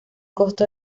costo